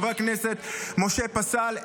חבר הכנסת משה פסל.